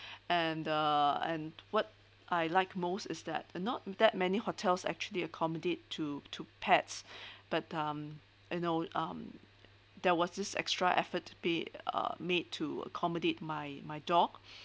and uh and what I like most is that not that many hotels actually accommodate to to pets but um you know um there was this extra effort be uh made to accommodate my my dog